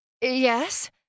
Yes